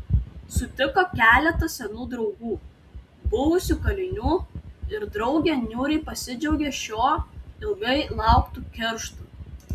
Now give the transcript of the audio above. sutiko keletą senų draugų buvusių kalinių ir drauge niūriai pasidžiaugė šiuo ilgai lauktu kerštu